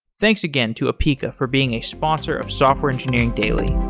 thanks again to apica for being a sponsor of software engineering daily